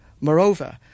Moreover